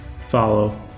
follow